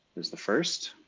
is the first.